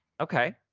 Okay